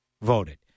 voted